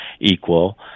equal